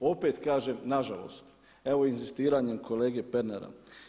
Opet kažem nažalost, evo inzistiranjem kolege Pernara.